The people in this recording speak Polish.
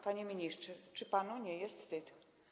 Panie ministrze, czy panu nie jest wstyd?